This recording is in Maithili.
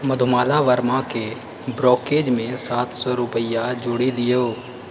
मधुमाला वर्मा केँ ब्रोक्रेजमे सात सौ सौ रूपैआ जोड़ि दियौ